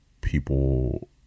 people